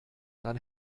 dann